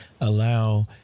allow